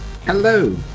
Hello